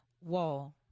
wall